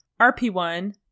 RP-1